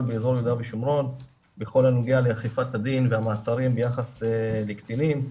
באזור יהודה ושומרון בכל הנוגע לאכיפת הדין והמעצרים ביחס לקטינים,